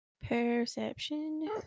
Perception